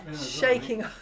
shaking